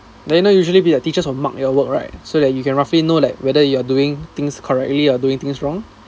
then you know usually be the teachers will mark your work right so that you can roughly know like whether you are doing things correctly or doing things wrong